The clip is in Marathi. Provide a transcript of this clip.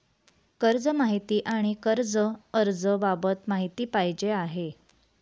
कर्ज माहिती आणि कर्ज अर्ज बाबत माहिती पाहिजे आहे